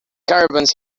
caravans